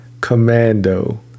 Commando